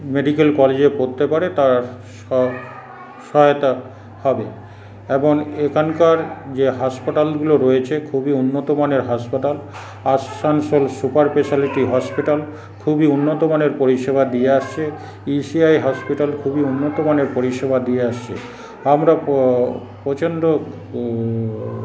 medical কলেজে পড়তে পারে তার সহায়তা হবে এবং এখানকার যে হাসপাতালগুলো রয়েছে খুবই উন্নতমানের হাসপাতাল আসানসোল সুপার স্পেশালিটি হসপিটাল খুবই উন্নত মানের পরিষেবা দিয়ে আসছে ই সি আই হসপিটাল খুবই উন্নত মানের পরিষেবা দিয়ে আসছে আমরা প্রচণ্ড